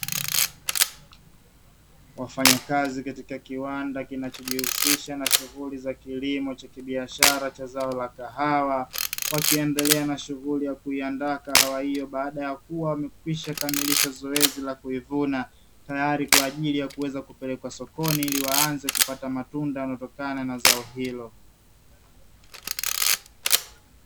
Wafanyakazi katika kiwanda kinachojihusisha na shughuli za kilimo cha kibiashara cha zao la kahawa, wakiendelea na shughuli ya kuiandaa kahawa hiyo baada ya kuwa wamekwisha kamilisha zoezi la kuivuna, tayari kwa ajili ya kuweza kupelekwa sokoni ili waanze kupata matunda yanayotokana na zao hilo.